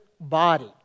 body